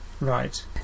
Right